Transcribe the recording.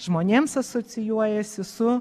žmonėms asocijuojasi su